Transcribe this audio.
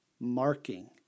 marking